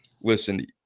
listen